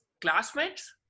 classmates